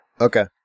Okay